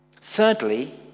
Thirdly